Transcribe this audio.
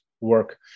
work